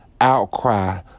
outcry